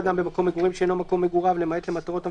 אדם במקום מגורים שאינו מקום מגוריו,